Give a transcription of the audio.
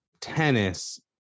tennis